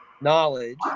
knowledge